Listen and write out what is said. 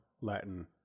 Latin